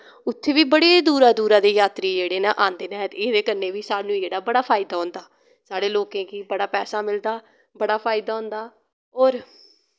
उत्थें बी बड़े दूरा दूरा दे यात्तरी जेह्ड़े नै आंदे नै ते एह्दै कन्नै बी साह्नू जेह्ड़ा बड़ा फायदा होंदा साढ़े लोकें गी बड़ा पैसा मिलदा बड़ा फायदा होंदा और